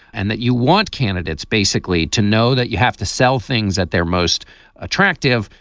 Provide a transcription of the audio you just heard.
and that you want candidates basically to know that you have to sell things that they're most attractive,